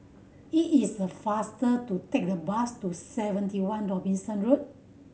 it is faster to take the bus to Seventy One Robinson Road